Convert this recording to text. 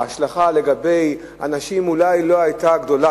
שההשלכה לגבי אנשים אולי לא היתה גדולה,